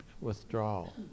withdrawal